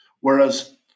Whereas